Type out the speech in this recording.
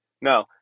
No